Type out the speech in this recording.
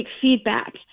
feedback